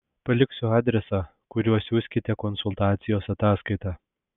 paliksiu adresą kuriuo siųskite konsultacijos ataskaitą